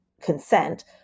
consent